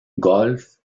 golf